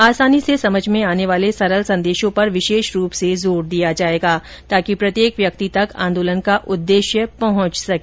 आसानी से समझ में आने वाले सरल संदेशों पर विशेष रूप से जोर दिया जाएगा ताकि प्रत्येक व्यक्ति तक आंदोलन का उद्देश्य पहुंच सके